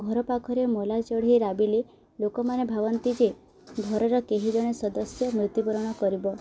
ଘର ପାଖରେ ମୋଲା ଚଢ଼ି ରାବିଲେ ଲୋକମାନେ ଭାବନ୍ତି ଯେ ଘରର କେହି ଜଣେ ସଦସ୍ୟ ମୃତ୍ୟବୂରଣ କରିବ